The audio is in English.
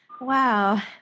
Wow